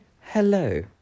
Hello